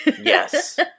yes